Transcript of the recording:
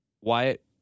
Wyatt